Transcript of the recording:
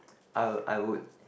I I would